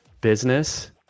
business